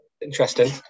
interesting